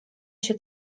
się